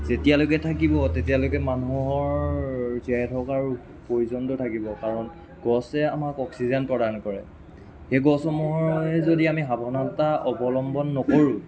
যেতিয়ালৈকে থাকিব তেতিয়ালৈকে মানুহৰ জীয়াই থকাৰ প্ৰয়োজনটো থাকিব কাৰণ গছে আমাক অক্সিজেন প্ৰদান কৰে সেই গছসমূহৰেই যদি আমি সাৱধানতা অৱলম্বন নকৰোঁ